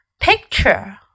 Picture